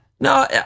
No